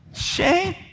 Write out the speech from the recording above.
shame